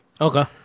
Okay